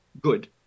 good